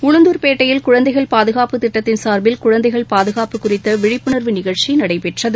உளுந்தூர்பேட்டையில் குழந்தைகள் பாதுகாப்பு திட்டத்தின் சாா்பில் குழந்தைகள் பாதுகாப்பு குறித்த விழிப்புணர்வு நிகழ்ச்சி நடைபெற்றது